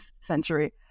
century